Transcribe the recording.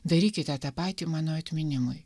darykite tą patį mano atminimui